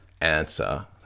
answer